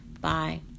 Bye